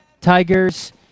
Tigers